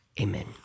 Amen